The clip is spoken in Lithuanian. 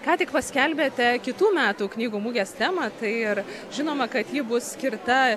ką tik paskelbėte kitų metų knygų mugės temą tai ir žinoma kad ji bus skirta